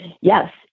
yes